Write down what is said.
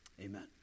Amen